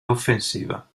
offensiva